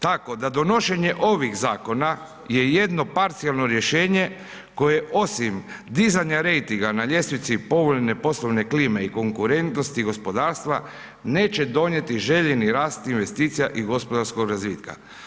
Tako da donošenje ovih zakona je jedno parcijalno rješenje, koje osim dizanja rejtinga na ljestvici povoljne poslovne klime i konkurentnosti gospodarstva neće donijeti željeni rast investicija i gospodarskog razvitka.